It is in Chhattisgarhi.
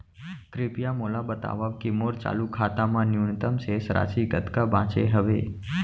कृपया मोला बतावव की मोर चालू खाता मा न्यूनतम शेष राशि कतका बाचे हवे